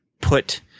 put